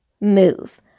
move